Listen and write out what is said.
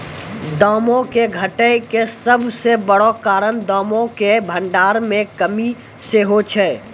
दामो के घटै के सभ से बड़ो कारण दामो के भंडार मे कमी सेहे छै